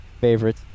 favorite